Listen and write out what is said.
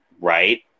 right